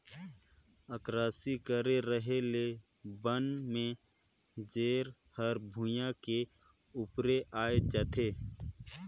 अकरासी करे रहें ले बन में जेर हर भुइयां के उपरे आय जाथे